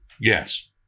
Yes